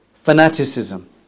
fanaticism